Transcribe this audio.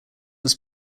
was